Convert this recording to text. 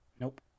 Nope